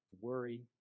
worry